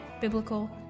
biblical